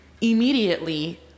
immediately